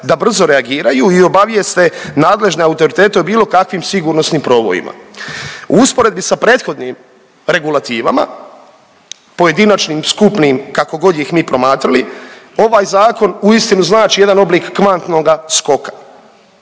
da brzo reagiraju i obavijeste nadležne autoritete o bilo kakvim sigurnosnim probojima. U usporedbi sa prethodnim regulativama, pojedinačnim, skupnim kako god ih mi promatrali ovaj zakon uistinu znači jedan oblik kvantnoga skoka.